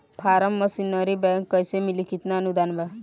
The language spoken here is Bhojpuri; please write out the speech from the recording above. फारम मशीनरी बैक कैसे मिली कितना अनुदान बा?